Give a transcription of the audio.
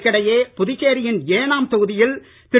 இதற்கிடையே புதுச்சேரியின் ஏனாம் தொகுதியில் திரு